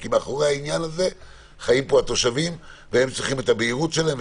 כי מאחורי העניין הזה חיים פה התושבים והם צריכים את הבהירות שלהם,